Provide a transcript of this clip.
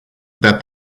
that